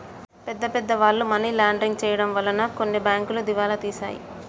పెద్ద పెద్ద వాళ్ళు మనీ లాండరింగ్ చేయడం వలన కొన్ని బ్యాంకులు దివాలా తీశాయి